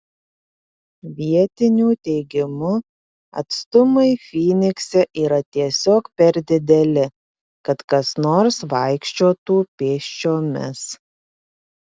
vietinių teigimu atstumai fynikse yra tiesiog per dideli kad kas nors vaikščiotų pėsčiomis